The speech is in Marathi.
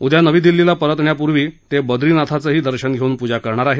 उद्या दिल्लीला परतण्यापूर्वी ते ब्रदीनाथाचंही दर्शन घेऊन पूजा करणार आहेत